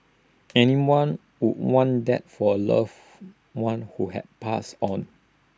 anyone would want that for A loved one who has passed on